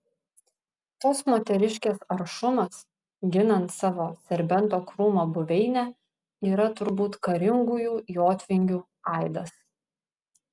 tos moteriškės aršumas ginant savo serbento krūmo buveinę yra turbūt karingųjų jotvingių aidas